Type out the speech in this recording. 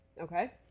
Okay